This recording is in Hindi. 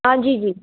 हाँ जी जी